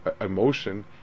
emotion